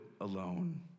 alone